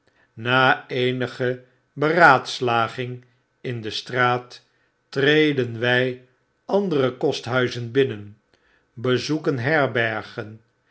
na eenige beraadslaging in de straat treden wy andere kosthuizen binnen bezoeken herbergen